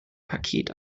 paket